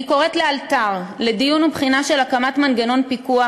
אני קוראת לאלתר לדיון ולבחינה של הקמת מנגנון פיקוח,